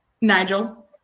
Nigel